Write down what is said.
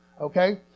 Okay